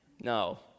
no